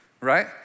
right